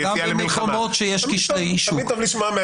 תודה.